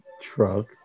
truck